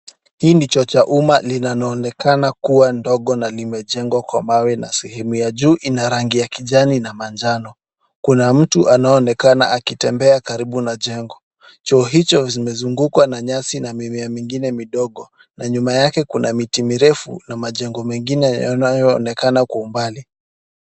Hii ni choo cha umma linaloonekana kuwa ndogo na limejengwa kwa mawe na sehemu ya juu ina rangi ya kijani na manjano. Kuna mtu anayeonekana akitembea karibu na jengo. Choo hicho kimezungukwa na nyasi na mimea mingine midogo na nyuma yake kuna miti mirefu na majengo mengine yanayoonekana kwa umbali.